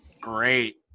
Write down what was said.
Great